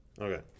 Okay